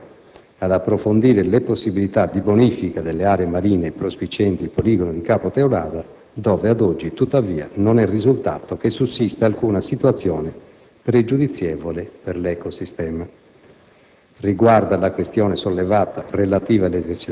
La difesa ha ad essi manifestato la propria disponibilità ad approfondire le possibilità di bonifica delle aree marine prospicenti il poligono di Capo Teulada dove ad oggi, tuttavia, non è risultato che sussista alcuna situazione pregiudizievole per l'ecosistema.